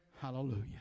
Hallelujah